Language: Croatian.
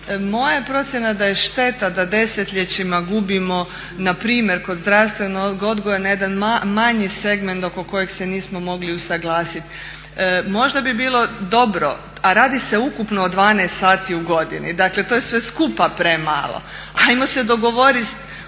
moja je procjena da je šteta da desetljećima gubimo npr. kod zdravstvenog odgoja na jedan manji segment oko kojeg se nismo mogli usuglasiti. Možda bi bilo dobro, a radi se ukupno o 12 sati u godini, dakle to je sve skupa premalo. Ajmo se dogovoriti